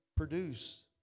produce